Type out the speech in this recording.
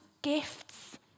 gifts